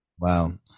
Wow